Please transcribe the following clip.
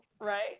Right